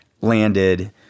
landed